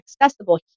accessible